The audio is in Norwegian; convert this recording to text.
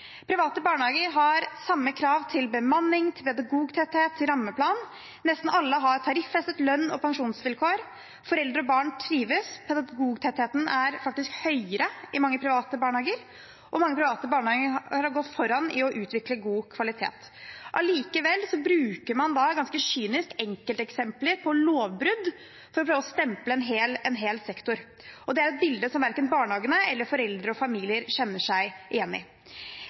Private barnehager har samme krav til bemanning, til pedagogtetthet, til rammeplan. Nesten alle har tariffestet lønns- og pensjonsvilkår, foreldre og barn trives, pedagogtettheten er faktisk høyere i mange private barnehager, og mange private barnehager har gått foran i å utvikle god kvalitet. Allikevel bruker man ganske kynisk enkelteksempler på lovbrudd for å prøve å stemple en hel sektor. Det er et bilde som verken barnehagene eller foreldre og familier kjenner seg igjen i.